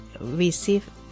receive